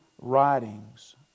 writings